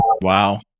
Wow